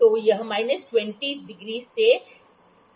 तो यह माइनस 20℃ से 60℃ है